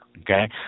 Okay